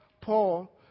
Paul